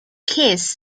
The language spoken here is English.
kiss